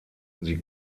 sie